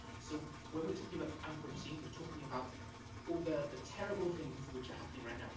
so when we're talking about the anthropocene we're talking about all the the terrible things which are happening writing now,